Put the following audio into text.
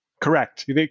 Correct